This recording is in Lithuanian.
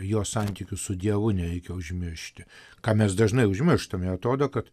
jo santykius su dievu nereikia užmiršti ką mes dažnai užmirštam ir atrodo kad